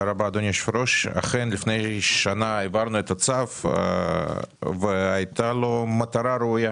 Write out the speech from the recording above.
אכן לפני שנה העברנו צו שהייתה לו מטרה ראויה.